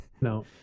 No